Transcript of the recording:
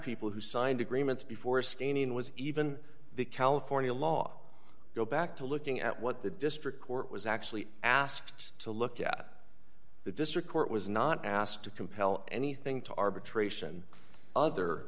people who signed agreements before screening was even the california law go back to looking at what the district court was actually asked to look at the district court was not asked to compel anything to arbitration other